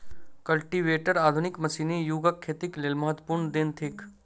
cultivator आधुनिक मशीनी युगक खेतीक लेल महत्वपूर्ण देन थिक